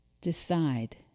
decide